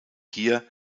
hier